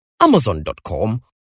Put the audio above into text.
amazon.com